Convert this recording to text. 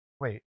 Wait